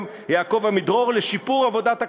יעקב עמידרור לשיפור עבודת הקבינט.